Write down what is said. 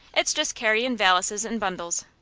it's just carryin' valises and bundles.